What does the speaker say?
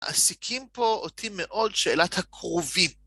מעסיקים פה אותי מאוד שאלת הקרובים.